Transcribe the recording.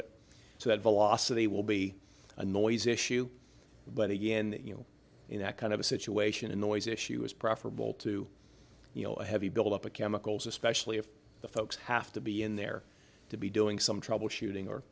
it so that velocity will be a noise issue but again you know in that kind of a situation annoys issue is preferable to you know a heavy buildup of chemicals especially if the folks have to be in there to be doing some troubleshooting or